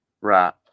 Right